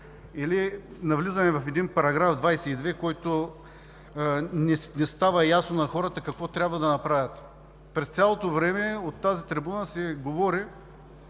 или навлизаме в един § 22, от който то не става ясно на хората какво трябва да направят. През цялото време от тази трибуна се говори,